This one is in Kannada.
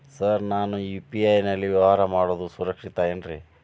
ಸರ್ ನಾನು ಯು.ಪಿ.ಐ ನಲ್ಲಿ ವ್ಯವಹಾರ ಮಾಡೋದು ಸುರಕ್ಷಿತ ಏನ್ರಿ?